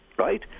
right